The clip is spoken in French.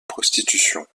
prostitution